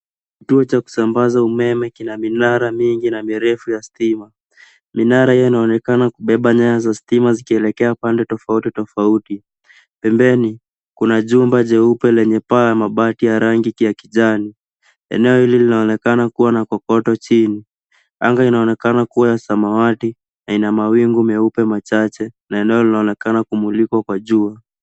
Kituo cha kusambaza umeme kina minara mingi na mirefu ya stima. Minara hiyo inaonekana kubeba nyaya za stima zikielekea upande tofauti tofauti. Pembeni, kuna jumba jeupe lenye paa ya mabati ya rangi ya kijani. Eneo hili linaonekana kuwa na kokoto chini. Anga inaonekana kuwa ya samawati, na ina mawingu meupe machache, na eneo linaonekana kumulikwa kwa jua.